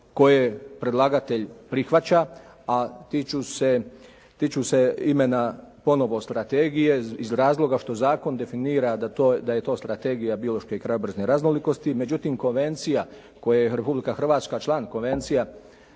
koje predlagatelj prihvaća a tiču se imena ponovo strategije iz razloga što zakon definira da je to strategija biološke i krajobrazne raznolikosti, međutim konvencija koje je Republika Hrvatska član, Konvencija